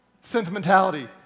Sentimentality